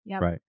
right